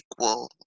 equal